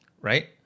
right